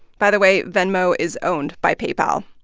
by the way, venmo is owned by paypal.